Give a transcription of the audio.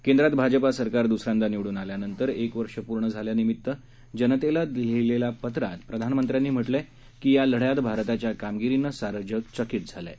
केंद्रात भाजपा सरकार दुसऱ्यांदा निवडून आल्यानंतर एक वर्ष पूर्ण झाल्यानिमित्त जनतेला दिलेल्या लिहीलेल्या पत्रात प्रधानमंत्र्यांनी म्हटलं आहे की या लढ्यात भारताच्या कामगिरीनं सारं जग चकित झालं आहे